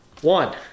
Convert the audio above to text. One